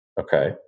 okay